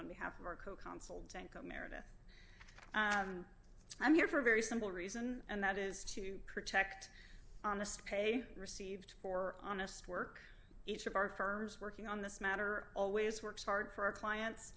on behalf of our co counsel dank america i'm here for a very simple reason and that is to protect honest pay received for honest work each of our firms working on this matter always works hard for our clients